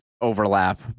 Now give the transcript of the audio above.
overlap